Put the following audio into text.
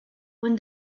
when